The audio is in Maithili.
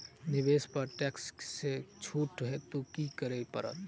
निवेश पर टैक्स सँ छुट हेतु की करै पड़त?